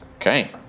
okay